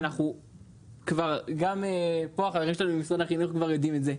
ו --- ממשרד החינוך כבר יודעים את זה.